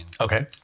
Okay